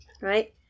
Right